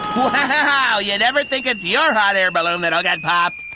wow! you never think it's your and hot air balloon that'll get popped.